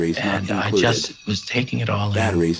and i just was taking it all in.